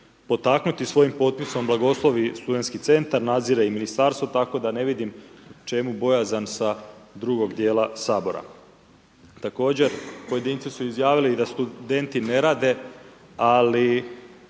potaknuti, svojim potpisom blagoslovi Studentski centar, nadzire i Ministarstvo tako da ne vidim čemu bojazan sa drugog dijela Sabora. Također pojedinci su izjavili da studenti ne rade, a